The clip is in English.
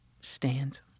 stands